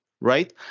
right